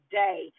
day